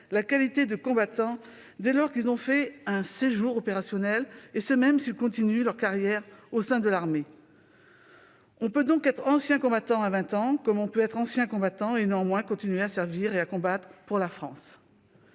la qualité de combattant dès lors qu'ils ont fait un séjour opérationnel, et ce même s'ils continuent leur carrière au sein de l'armée. On peut donc être ancien combattant à 20 ans, comme on peut être ancien combattant et néanmoins continuer à servir et à combattre pour la France.